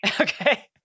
okay